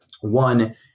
One